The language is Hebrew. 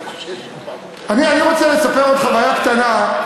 אני רוצה לספר עוד חוויה קטנה,